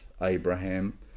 Abraham